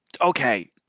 Okay